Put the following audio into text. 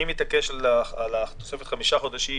אני מתעקש על תוספת חמישה חודשים,